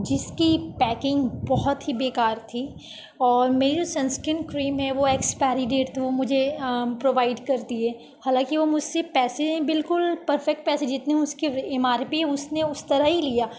جس کی پیکنگ بہت ہی بیکار تھی اور میری جو سن اسکرین کریم ہے وہ ایکسپائری ڈیٹ پہ مجھ ے پرووائڈ کر دیے حالانکہ وہ مجھ سے پیسے بالکل پرفیکٹ پیسے جتنے اس کی ایم آر پی ہے اس نے اس طرح ہی لیا